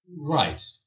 Right